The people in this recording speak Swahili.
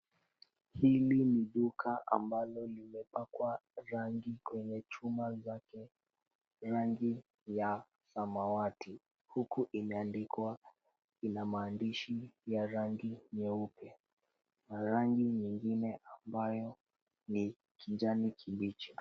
Hili ni duka ambalo limepakwa rangi kwenye chuma zake, rangi ya samawati, huku limeandikwa kwa maandishi nyeupe na rangi nyingine ambayo ni kijani kibichi.